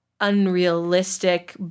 unrealistic